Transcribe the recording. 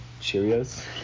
Cheerios